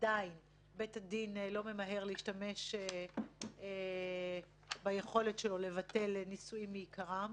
עדיין בית הדין לא ממהר להשתמש ביכולת שלו לבטל נישואין מעיקרם,